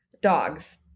Dogs